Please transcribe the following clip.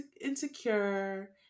insecure